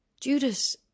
Judas